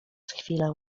chwilę